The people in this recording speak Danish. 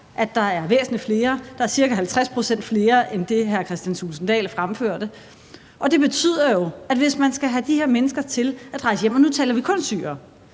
at der er væsentlig flere; der er ca. 50 pct. flere end det antal, hr. Kristian Thulesen Dahl fremførte. Og det betyder jo, at hvis man skal have de her mennesker til at rejse hjem – og nu taler vi kun om syrere